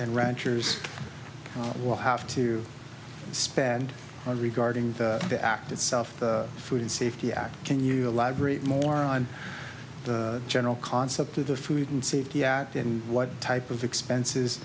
and ranchers will have to spend on regarding the act itself food safety act can you elaborate more on the general concept of the food and safety act and what type of expenses